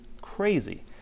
crazy